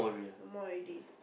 no more already